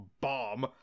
bomb